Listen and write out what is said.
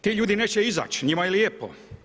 Ti ljudi neće izaći, njima je lijepo.